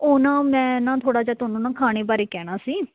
ਉਹ ਨਾ ਮੈਂ ਨਾ ਥੋੜ੍ਹਾ ਜਿਹਾ ਤੁਹਾਨੂੰ ਨਾ ਖਾਣੇ ਬਾਰੇ ਕਹਿਣਾ ਸੀ